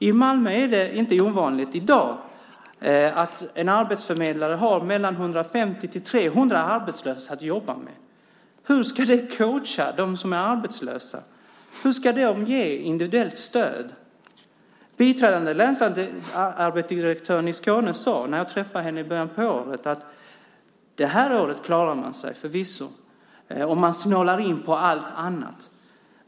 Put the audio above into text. I Malmö är det i dag inte ovanligt att en arbetsförmedlare har 150-300 arbetslösa att jobba med. Hur ska de coacha dem som är arbetslösa? Hur ska de ge individuellt stöd? Biträdande länsarbetsdirektören i Skåne sade, när jag träffade henne i början på året, att man förvisso klarar sig det här året om man snålar in på allt annat.